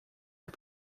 are